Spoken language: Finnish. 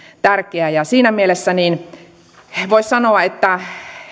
tärkeää siinä mielessä voisi sanoa että